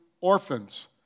orphans